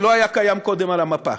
ולא היה קיים קודם על המפה.